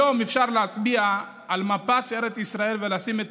היום אפשר להצביע על מפת ארץ ישראל ולשים את